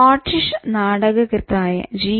Scottish നാടകകൃത്തായ G